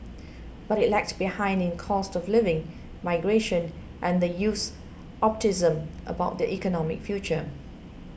but it lagged behind in cost of living migration and the youth's optimism about their economic future